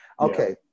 Okay